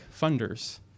funders